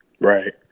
Right